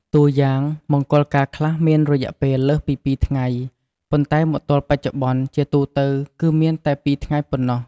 តួយ៉ាង មង្គលការខ្លះមានរយៈពេលលើសពីពីរថ្ងៃ ប៉ុន្តែមកទល់បច្ចុប្បន្ន ជាទូទៅគឺមានតែពីរថ្ងៃប៉ុណ្ណោះ។